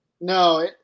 No